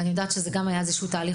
ואני יודעת שזה היה איזשהו תהליך.